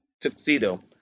tuxedo